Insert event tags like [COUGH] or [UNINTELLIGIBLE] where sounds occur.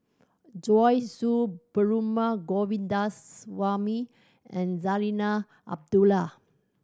Joyce [UNINTELLIGIBLE] Perumal Govindaswamy and Zarinah Abdullah